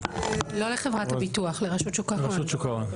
לא לחברת הביטוח, לרשות שוק ההון.